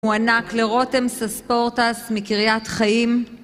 מוענק לרותם סספורטס מקריית חיים